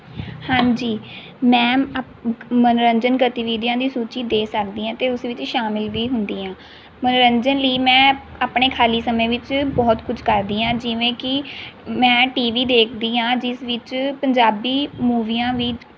ਹਾਂਜੀ ਮੈਂ ਮਨੋਰੰਜਨ ਗਤੀਵਿਧੀਆਂ ਦੀ ਸੂਚੀ ਦੇ ਸਕਦੀ ਹਾਂ ਅਤੇ ਉਸ ਵਿੱਚ ਸ਼ਾਮਿਲ ਵੀ ਹੁੰਦੀ ਹਾਂ ਮਨੋਰੰਜਨ ਲਈ ਮੈਂ ਆਪਣੇ ਖਾਲੀ ਸਮੇਂ ਵਿੱਚ ਬਹੁਤ ਕੁਛ ਕਰਦੀ ਹਾਂ ਜਿਵੇਂ ਕਿ ਮੈਂ ਟੀ ਵੀ ਦੇਖਦੀ ਹਾਂ ਜਿਸ ਵਿੱਚ ਪੰਜਾਬੀ ਮੂਵੀਆਂ ਵੀ